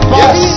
yes